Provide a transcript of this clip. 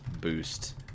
boost